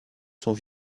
sont